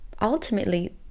ultimately